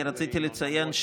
אני רציתי לציין,